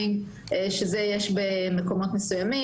שאת זה יש במקומות מסוימים,